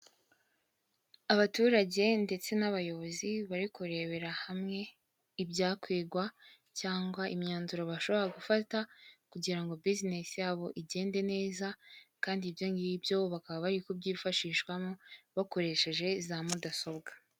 Abaturage ndetse n'abayobozi bari kurebera hamwe ibyakwigwa cyangwa imyanzuro bashobora gufata kugira bizinesi yabo igende neza, kandi ibyo ngibyo bakaba bari kubyifashishwamo bakoresheje za mudasobwa.